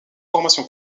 formation